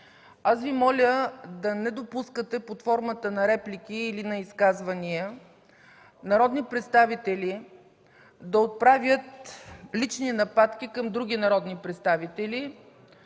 Моля Ви да не допускате под формата на реплики или на изказвания народни представители да отправят лични нападки към други народни представители